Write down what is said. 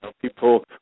people